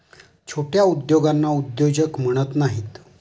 छोट्या उद्योगांना उद्योजक म्हणत नाहीत